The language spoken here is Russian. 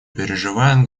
переживает